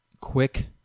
quick